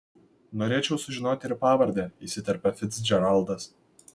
norėčiau sužinoti ir pavardę įsiterpia ficdžeraldas